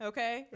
Okay